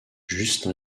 juste